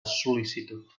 sol·licitud